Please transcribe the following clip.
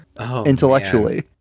intellectually